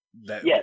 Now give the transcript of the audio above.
Yes